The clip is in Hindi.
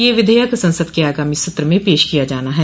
ये विधेयक संसद के आगामी सत्र में पेश किया जाना है